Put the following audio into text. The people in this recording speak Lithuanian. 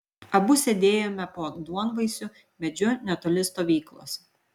abu sėdėjome po duonvaisiu medžiu netoli stovyklos